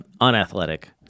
unathletic